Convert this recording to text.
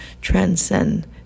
transcend